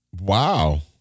Wow